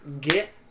Get